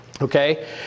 okay